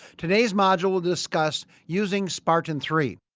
today's module will discuss using spartan three.